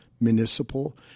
Municipal